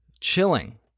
Chilling